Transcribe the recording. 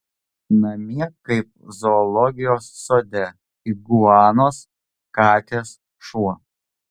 namie kaip zoologijos sode iguanos katės šuo